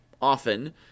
often